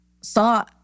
saw